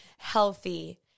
healthy